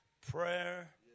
prayer